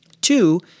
Two